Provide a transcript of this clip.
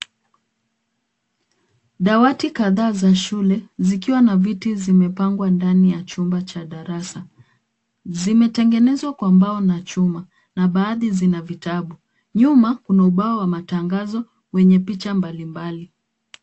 Dawati kadhaa za shule, zikiwa na viti zimepangwa ndani ya chumba cha darasa. Zimetengenezwa na mbao na chuma na baadhi zina vitabu. Nyuma kuna ubao wa matanagazo wenye picha mbali mbali.